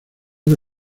que